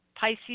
Pisces